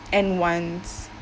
and wants